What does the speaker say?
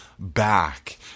back